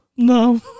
No